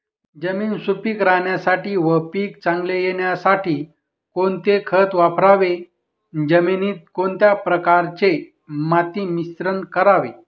जमीन सुपिक राहण्यासाठी व पीक चांगले येण्यासाठी कोणते खत वापरावे? जमिनीत कोणत्या प्रकारचे माती मिश्रण करावे?